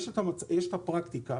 יש פרקטיקה